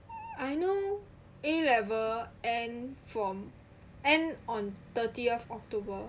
I know A level end from end on thirtieth october